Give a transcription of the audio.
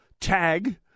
tag